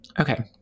Okay